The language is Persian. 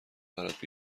برات